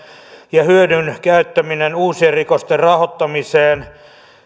ja hyödyn käyttämistä uusien rikosten rahoittamiseen